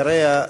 אחריה,